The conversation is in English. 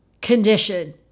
condition